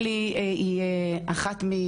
ואולי יתנו קצת תקווה או כלים למה אפשר לעשות.